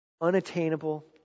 unattainable